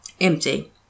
empty